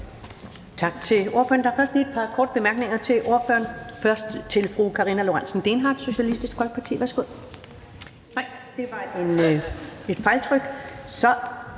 Tak til ordføreren. Der er først lige et par korte bemærkninger til ordføreren, først fra fru Karina Lorentzen Dehnhardt, Socialistisk Folkeparti. Nej, det er var et fejltryk. Så